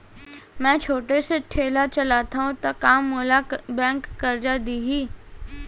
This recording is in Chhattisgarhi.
मैं छोटे से ठेला चलाथव त का मोला बैंक करजा दिही?